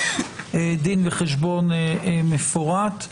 דין וחשבון מפורט.